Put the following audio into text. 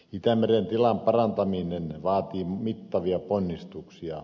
itämeren tilan parantaminen vaatii mittavia ponnistuksia